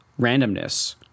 randomness